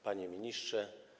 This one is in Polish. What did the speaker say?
Panie Ministrze!